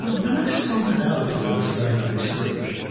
when i started out in this line of research,